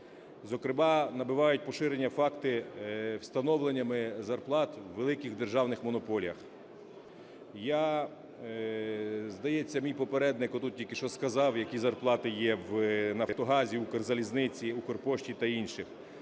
Зокрема, набувають поширення факти із встановленням зарплат у великих державних монополіях. Я… здається, мій попередник отут тільки що сказав, які зарплати є в "Нафтогазі", "Укрзалізниці", "Укрпошті" та інших.